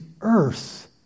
earth